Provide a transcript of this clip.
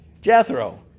Jethro